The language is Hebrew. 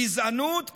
גזענות כמדיניות.